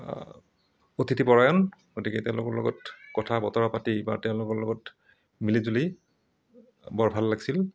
অতিথি পৰায়ন গতিকে তেওঁলোকৰ লগত কথা বতৰা পাতি বা তেওঁলোকৰ লগত মিলি জুলি বৰ ভাল লাগিছিল